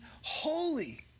holy